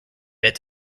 its